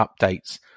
updates